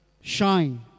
shine